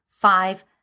five